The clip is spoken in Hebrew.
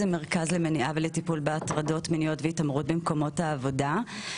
זה מרכז למניעה ולטיפול בהטרדות מיניות והתעמרות במקומות העבודה.